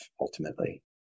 ultimately